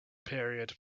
period